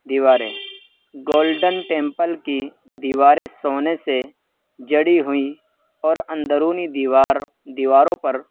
دیواریں golden temple کی دیواریں سونے سے جڑی ہوئی اور اندرونی دیوار دیواروں پر